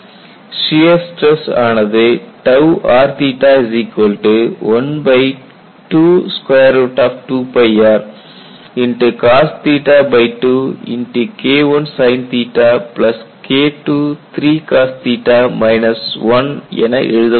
shear stress ஆனது r122rcos2K1sinKII என எழுதப்படுகிறது